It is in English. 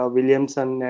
Williamson